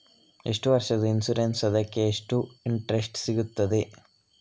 ಎಷ್ಟು ವರ್ಷದ ಇನ್ಸೂರೆನ್ಸ್ ಅದಕ್ಕೆ ಎಷ್ಟು ಇಂಟ್ರೆಸ್ಟ್ ಸಿಗುತ್ತದೆ?